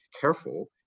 careful